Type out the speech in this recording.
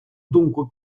думку